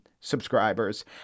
subscribers